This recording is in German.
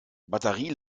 batterie